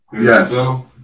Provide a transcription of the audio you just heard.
Yes